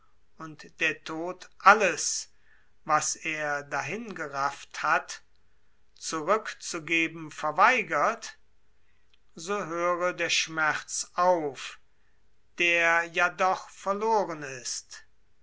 und der tod alles was er dahingerafft hat verweigert so höre der schmerz auf der verloren ist